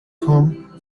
whom